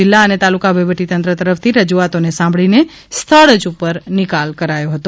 જીલ્લા અને તાલુકા વહીવટીતંત્ર તરફથી રજૂઆતોને સાંભળીને સ્થળ ઉપર જ નિકાલ કરાયો હતો